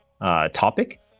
topic